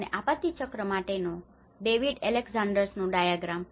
અને આપત્તિ ચક્ર માટેનો ડેવિડ એલેક્ઝાન્ડર્સનો ડાયાગ્રામ